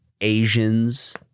Asians